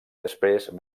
després